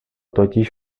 totiž